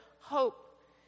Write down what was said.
hope